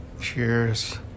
cheers